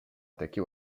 attaqué